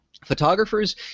Photographers